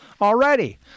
already